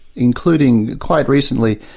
including quite recently,